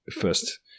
first